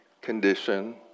condition